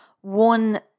one